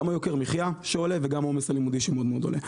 גם יוקר המחייה שעולה וגם העומס הלימודי שמאוד מאוד עולה.